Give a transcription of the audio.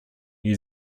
new